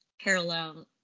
parallel